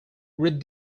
read